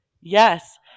Yes